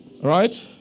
Right